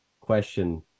question